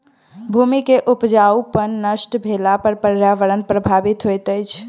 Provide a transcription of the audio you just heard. भूमि के उपजाऊपन नष्ट भेला पर पर्यावरण प्रभावित होइत अछि